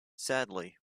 sadly